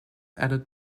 added